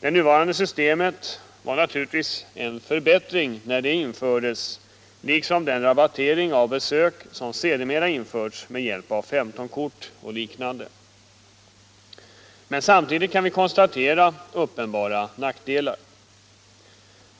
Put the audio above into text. Det nuvarande systemet var naturligtvis en förbättring när det infördes liksom den rabattering av besök som sedermera införts med hjälp av 15S-kort och liknande. Men samtidigt kan vi konstatera uppenbara nackdelar.